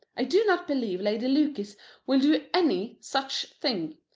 i do not believe lady lucas will do any such thing.